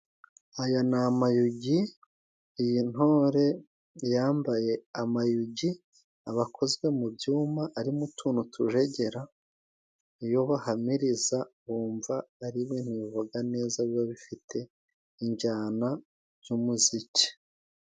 Aya ni amayugi y' ntore yambaye, amayugi abakozwe mu byuma, arimo utuntu tujegera, iyo bahamiriza bumva ari ibintu bivuga neza, biba bifite injyana z'umuziki.